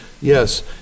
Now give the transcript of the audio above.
Yes